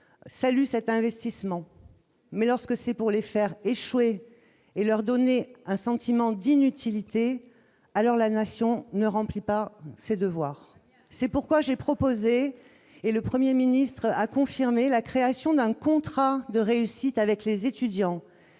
salue cet investissement mais lorsque c'est pour les faire échouer et leur donner un sentiment d'inutilité, alors la nation ne remplit pas ses devoirs, c'est pourquoi j'ai proposé et le 1er ministre a confirmé la création d'un contrat de réussite avec les étudiants,